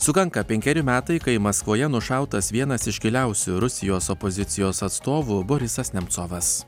sukanka penkeri metai kai maskvoje nušautas vienas iškiliausių rusijos opozicijos atstovų borisas nemcovas